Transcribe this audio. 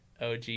OG